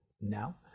now